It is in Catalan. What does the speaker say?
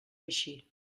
eixir